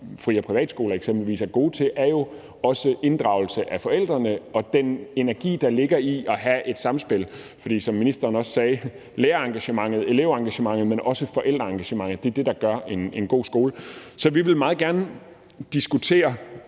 fri- og privatskoler eksempelvis er gode til, er jo også at inddrage forældrene og dermed den energi, der ligger i det samspil. For som ministeren også sagde: Lærerengagementet, elevengagementet, men også forældreengagementet er det, der gør en god skole. Så vi vil meget gerne diskutere,